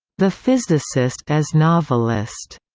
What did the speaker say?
the physicist as novelist,